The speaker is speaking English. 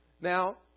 now